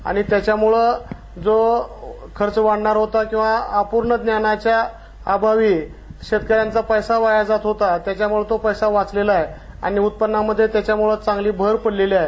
आणि त्याच्यामुळं जो खर्च वाढणार होता किंवा अपूर्ण ज्ञानाच्या अभावी शेतकऱ्याचा पैसा वाया जात होता त्याचा तो पैसा वाचला आहे आणि उत्पनात त्याच्याम्ळं चांगली भर पडली आहे